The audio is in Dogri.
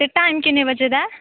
ते टाईम किन्ने बजे दा ऐ